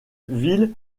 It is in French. ville